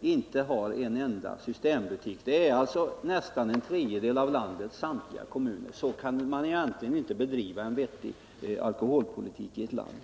inte har en enda systembutik, alltså nästan en tredjedel av landets samtliga kommuner. Så kan man inte bedriva en vettig alkoholpolitik i ett land.